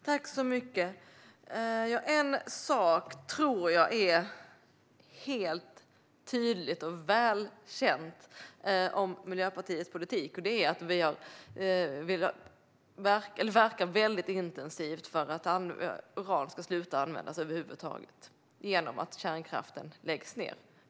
Fru talman! En sak tror jag är helt tydlig och väl känd om Miljöpartiets politik, och det är att vi verkar intensivt för att uran ska sluta användas över huvud taget genom att kärnkraften läggs ned.